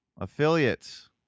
affiliates